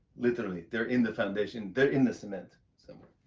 literally. they're in the foundation. they're in the cement somewhere.